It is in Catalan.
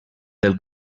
del